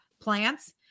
plants